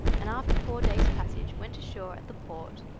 and after four days' passage went ashore at the port,